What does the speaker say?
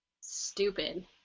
Stupid